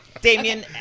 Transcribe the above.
Damien